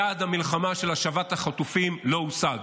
יעד המלחמה של השבת החטופים לא הושג.